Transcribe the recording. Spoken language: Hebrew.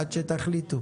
עד שתחליטו.